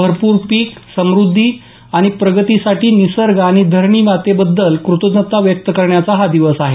भरपूर पीक समुद्धी आणि प्रगतीसाठी निसर्ग आणि धरणीमातेबद्दल कृतज्ञता व्यक्त करण्याचा हा दिवस आहे